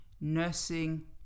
nursing